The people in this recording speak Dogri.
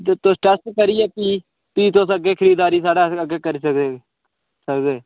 ते तुस टेस्ट करियै भी भी तुस अग्गें खरीददारी साढ़े अग्गें करी सकदे सकगे